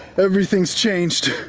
everything's changed.